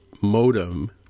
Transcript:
modem